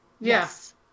Yes